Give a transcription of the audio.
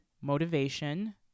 motivation